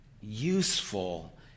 useful